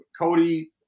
Cody